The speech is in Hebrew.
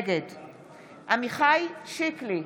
נגד עמיחי שיקלי,